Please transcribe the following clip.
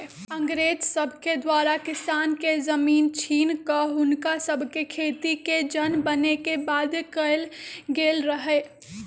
अंग्रेज सभके द्वारा किसान के जमीन छीन कऽ हुनका सभके खेतिके जन बने के बाध्य कएल गेल रहै